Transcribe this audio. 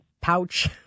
pouch